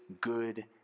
good